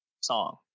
song